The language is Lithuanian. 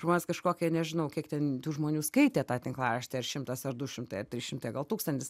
žmonės kažkokie nežinau kiek ten tų žmonių skaitė tą tinklaraštį ar šimtas ar du šimtai ar trys šimtai gal tūkstantis